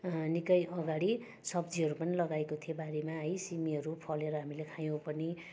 निकै अगाडि सब्जीहरू पनि लगाएको थियो बारीमा है सिमीहरू फलेर हामीले खायौँ पनि